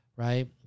Right